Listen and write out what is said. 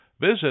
Visit